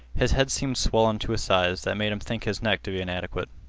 his head seemed swollen to a size that made him think his neck to be inadequate.